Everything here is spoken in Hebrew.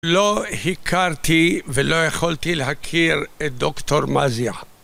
לא הכרתי ולא יכולתי להכיר את דוקטור מזיא